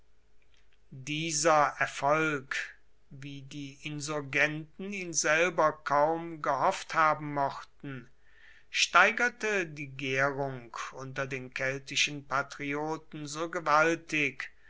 dieser erfolg wie die insurgenten ihn selber kaum gehofft haben mochten steigerte die gärung unter den keltischen patrioten so gewaltig